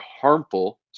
harmful